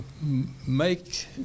make